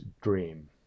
Dream